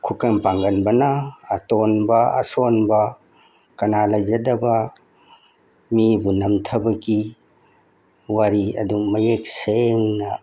ꯈꯨꯀꯟ ꯄꯥꯡꯒꯟꯕꯅ ꯑꯇꯣꯟꯕ ꯑꯁꯣꯟꯕ ꯀꯅꯥ ꯂꯩꯖꯗꯕ ꯃꯤꯕꯨ ꯅꯝꯊꯕꯒꯤ ꯋꯥꯔꯤ ꯑꯗꯨ ꯃꯌꯦꯛ ꯁꯦꯡꯅ